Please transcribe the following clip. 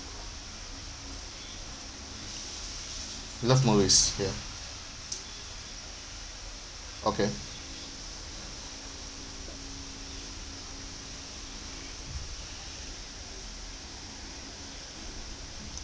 love movies ya okay